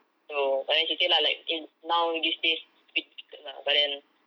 so but then she say lah like in now these days a bit difficult lah but then